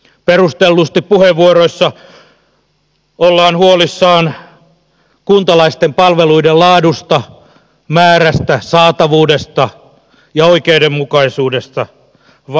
perustellusti puheenvuoroissa ollaan huolissaan kuntalaisten palveluiden laadusta määrästä saatavuudesta ja oikeudenmukaisuudesta vastaisuudessa